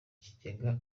kigega